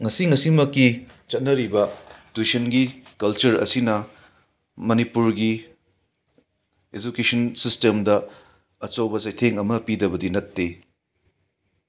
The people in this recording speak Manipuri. ꯉꯁꯤ ꯉꯁꯤꯃꯛꯀꯤ ꯆꯠꯅꯔꯤꯕ ꯇꯨꯏꯁꯟꯒꯤ ꯀꯜꯆꯔ ꯑꯁꯤꯅ ꯃꯅꯤꯄꯨꯔꯒꯤ ꯏꯖꯨꯀꯦꯁꯟ ꯁꯤꯁꯇꯦꯝꯗ ꯑꯆꯧꯕ ꯆꯩꯊꯦꯡ ꯑꯃ ꯄꯤꯗꯕꯗꯤ ꯅꯠꯇꯦ